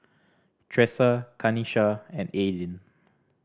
Tresa Kanisha and Aylin